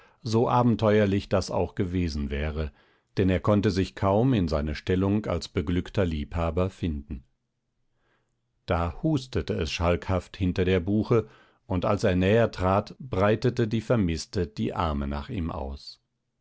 so abenteuerlich das auch gewesen wäre denn er konnte sich kaum in seine stellung als beglückter liebhaber finden da hustete es schalkhaft hinter der buche und als er näher trat breitete die vermißte die arme nach ihm aus